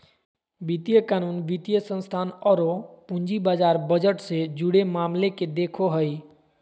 वित्तीय कानून, वित्तीय संस्थान औरो पूंजी बाजार बजट से जुड़े मामले के देखो हइ